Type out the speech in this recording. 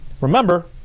remember